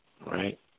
Right